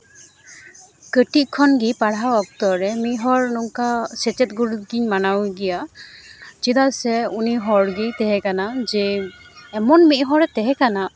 ᱠᱟᱹᱴᱤᱡ ᱠᱷᱚᱱ ᱜᱤ ᱯᱟᱲᱦᱟᱣ ᱚᱠᱛᱚ ᱨᱮ ᱢᱤᱫ ᱦᱚᱲ ᱱᱚᱝᱠᱟ ᱥᱮᱪᱮᱫ ᱜᱩᱨᱩᱜᱤᱧ ᱢᱟᱱᱟᱣᱮ ᱜᱮᱭᱟ ᱪᱮᱫᱟᱜ ᱥᱮ ᱩᱱᱤ ᱦᱚᱲ ᱜᱮᱭ ᱛᱟᱦᱮᱸᱠᱟᱱᱟ ᱡᱮ ᱮᱢᱚᱱ ᱢᱤᱫ ᱦᱚᱲᱮ ᱛᱟᱦᱮᱸᱠᱟᱱᱟ